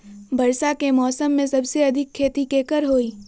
वर्षा के मौसम में सबसे अधिक खेती केकर होई?